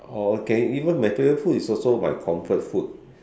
or can even my favorite food is also my comfort food